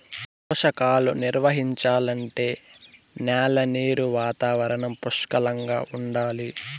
పోషకాలు నిర్వహించాలంటే న్యాల నీరు వాతావరణం పుష్కలంగా ఉండాలి